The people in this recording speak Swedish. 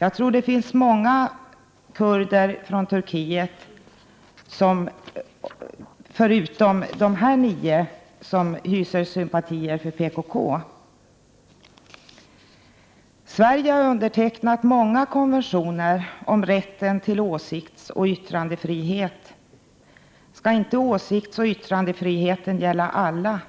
Jag tror att det finns många kurder från Turkiet förutom de här nio som hyser sympati för PKK. Sverige har undertecknat många konventioner om rätten till åsiktsoch yttrandefrihet. Skall inte åsiktsoch yttrandefriheten gälla alla?